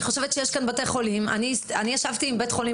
אני חושבת שיש כאן בתי חולים אני ישבתי עם בתי החולים